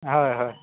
হয় হয়